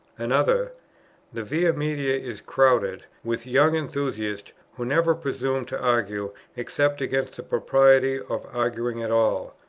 another the via media is crowded with young enthusiasts, who never presume to argue, except against the propriety of arguing at all.